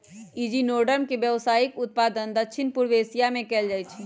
echinoderm के व्यावसायिक उत्पादन दक्षिण पूर्व एशिया में कएल जाइ छइ